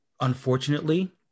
unfortunately